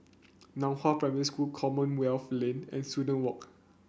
Nan Hua Primary School Commonwealth Lane and Student Walk